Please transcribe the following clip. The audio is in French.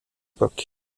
époque